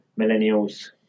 millennials